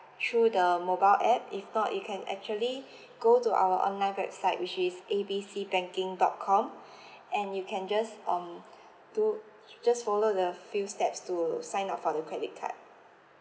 through the mobile app if not you can actually go to our online website which is A B C banking dot com and you can just um to just follow the few steps to sign up for the credit card